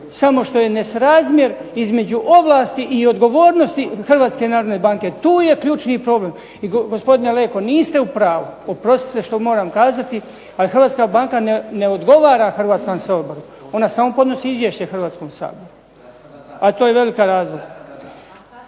samo što je nerazmjer između ovlasti i odgovornosti Hrvatske narodne banke, tu je ključni problem. I gospodine Leko niste u pravu, oprostite što moram kazati ali Hrvatska narodna banka ne odgovara Hrvatskom saboru, ona samo podnosi Izvješće Hrvatskom saboru, a to je razlika.